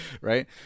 Right